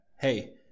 Hey